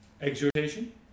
exhortation